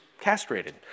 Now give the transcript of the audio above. castrated